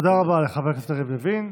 תודה רבה לחבר הכנסת יריב לוין.